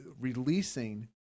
releasing